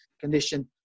condition